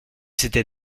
c’était